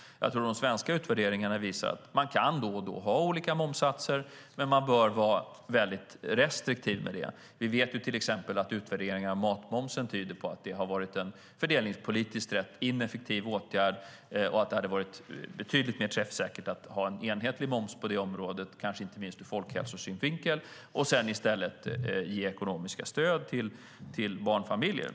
De svenska utvärderingarna visar att man då och då kan ha olika momssatser men att man bör vara restriktiv med det. Vi vet ju till exempel att utvärderingen av matmomsen tyder på att det har varit en fördelningspolitiskt rätt ineffektiv åtgärd och att det hade varit betydligt mer träffsäkert att ha en enhetlig moms på det området, kanske inte minst ur folkhälsosynvinkel, och sedan i stället ge ekonomiska stöd till barnfamiljer.